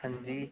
ਹਾਂਜੀ